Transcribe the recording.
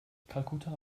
kalkutta